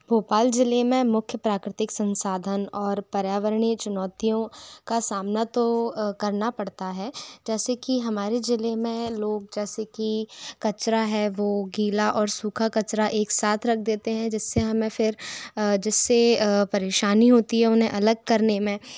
भोपाल जिले में मुख्य प्राकृतिक संसाधन और पर्यावरणीय चुनौतियों का सामना तो करना पड़ता है जैसे कि हमारे जिले में लोग जैसे कि कचरा है वो गीला और सूखा कचरा एक साथ रख देते हैं जिस्से हमें फिर जिससे परेशानी होती है उन्हें अलग करने में